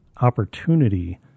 opportunity